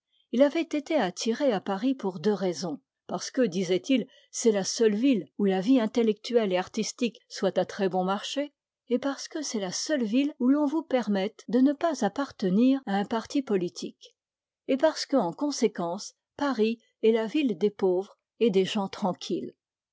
il avait été attiré à paris pour deux raisons parce que disait-il c'est la seule ville où la vie intellectuelle et artistique soit à très bon marché et parce que c'est la seule ville où l'on vous permette de ne pas appartenir à un parti politique et parce que en conséquence paris est la ville des pauvres et des gens tranquilles